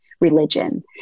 religion